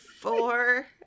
four